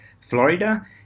Florida